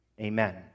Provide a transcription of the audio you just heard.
Amen